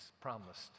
promised